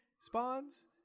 spawns